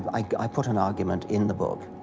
i put an argument in the book.